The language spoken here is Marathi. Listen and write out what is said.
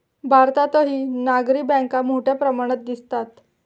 भारतातही नागरी बँका मोठ्या प्रमाणात दिसतात